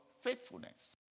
faithfulness